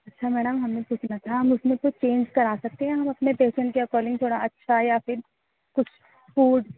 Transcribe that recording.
اچھا میڈم ہمیں پوچھنا تھا ہم اس میں کچھ چینج کرا سکتے ہیں ہم اپنے پیسنٹ کے اکاڈنگ تھوڑا اچھا یا پھر کچھ فوڈ